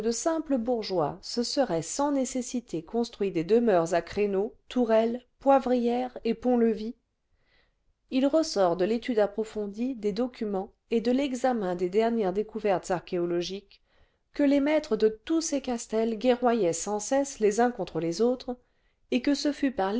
simples bourgeois se seraient sans nécessité construit des demeures à créle vingtième siècle rieaux tourelles poivrières et ponts-levis il ressort de l'étude approfondie des documents et de l'examen des dernières découvertes archéologiques que les maîtres de tous ces castels guerroyaient sans cesse les uns contre les autres et que ce fut par